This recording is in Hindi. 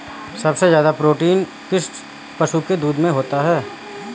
सबसे ज्यादा प्रोटीन किस पशु के दूध में होता है?